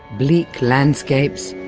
bleak landscapes,